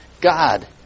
God